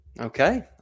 Okay